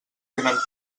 tenen